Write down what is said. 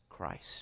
Christ